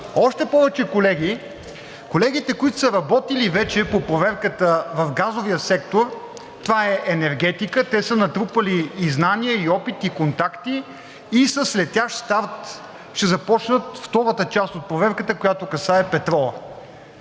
Още повече, колеги, колегите, които са работили вече по проверката в газовия сектор, това е енергетика, те са натрупали знания, опит и контакти и с летящ старт ще започнат втората част от проверката, която касае петрола.